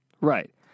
Right